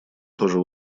тоже